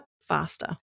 faster